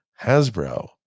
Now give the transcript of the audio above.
Hasbro